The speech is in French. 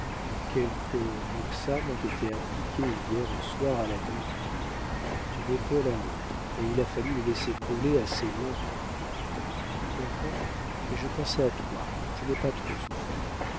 quelques moxas m'ont été appliqués hier au soir à la nuque du cou d'une épaule à l'autre et il a fallu les laisser brûler assez long-temps tu me comprends mais je pensais à toi je n'ai pas trop souffert